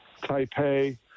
Taipei